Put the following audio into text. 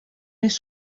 més